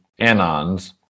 Anons